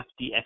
FDX